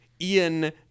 Ian